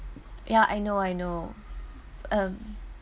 ya I know I know um